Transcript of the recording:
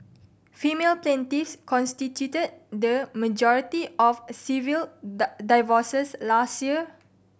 female plaintiffs constituted the majority of civil divorces last year